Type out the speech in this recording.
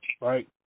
Right